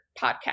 podcast